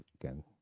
Again